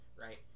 right